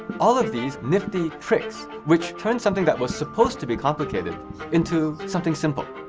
all of these nifty tricks which turn something that was supposed to be complicated into something simple.